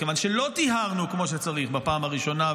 כיוון שלא טיהרנו כמו שצריך בפעם הראשונה,